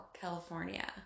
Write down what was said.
California